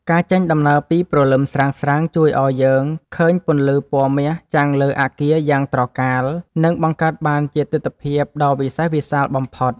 ការចេញដំណើរពីព្រលឹមស្រាងៗជួយឱ្យយើងឃើញពន្លឺពណ៌មាសចាំងលើអាគារយ៉ាងត្រកាល និង បង្កើតបានជាទិដ្ឋភាពដ៏វិសេសវិសាលបំផុត។